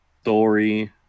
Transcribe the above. story